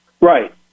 Right